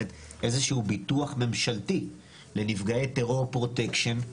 איזשהו ביטוח ממשלתי לנפגעי טרור פרוטקשן,